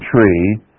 tree